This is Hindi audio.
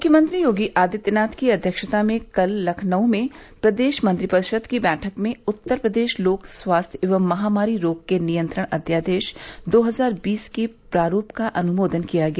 मुख्यमंत्री योगी आदित्यनाथ की अध्यक्षता में कल लखनऊ में प्रदेश मंत्रिपरिषद की बैठक में उत्तर प्रदेश लोक स्वास्थ्य एवं महामारी रोग के नियंत्रण अध्यादेश दो हजार बीस के प्रारूप का अनुमोदन किया गया